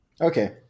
Okay